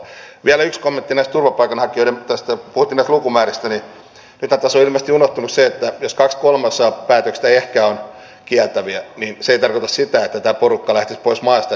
vielä yksi kommentti näistä turvapaikanhakijoista puhuttiin näistä lukumääristä niin nythän tässä on ilmeisesti unohtunut se että jos kaksi kolmasosaa päätöksistä ehkä on kieltäviä niin se ei tarkoita sitä että tämä porukka lähtisi pois maasta